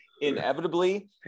inevitably